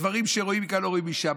דברים שרואים מכאן לא רואים משם,